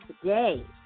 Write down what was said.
today